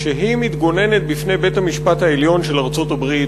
כשהיא מתגוננת בפני בית-המשפט העליון של ארצות-הברית,